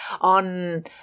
on